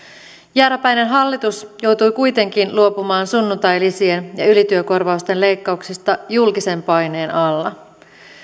jääräpäinen hallitus joutui kuitenkin luopumaan sunnuntailisien ja ylityökorvausten leikkauksista julkisen paineen alla